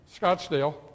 Scottsdale